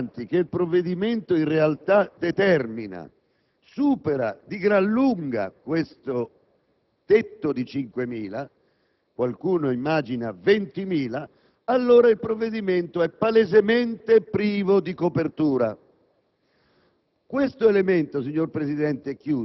mansioni usuranti che il provvedimento in realtà determina supera di gran lunga le 5*.*000 unità, qualcuno immagina 20.000, allora il provvedimento è palesemente privo di copertura*.*